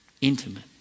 Intimate